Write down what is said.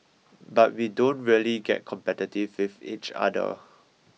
but we don't really get competitive with each other